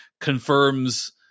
confirms